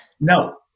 No